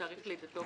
תאריך לידתו,